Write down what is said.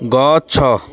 ଗଛ